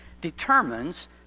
determines